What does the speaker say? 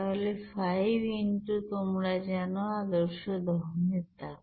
তাহলে 5 x তোমরা জানো আদর্শ দহনের তাপ